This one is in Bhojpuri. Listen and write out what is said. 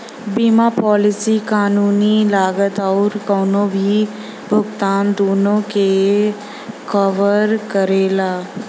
बीमा पॉलिसी कानूनी लागत आउर कउनो भी भुगतान दूनो के कवर करेला